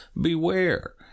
beware